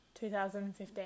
2015